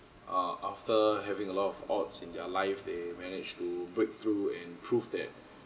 uh after having a lot of odds in their life they managed to break through and prove that